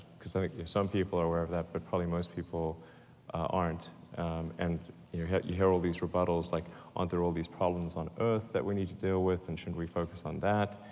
cause i think some people are aware of that, but probably most people aren't and you hear you hear all these rebuttals, like aren't there all these problems on earth that we need to deal with, and shouldn't we focus on that?